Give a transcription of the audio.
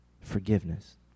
Forgiveness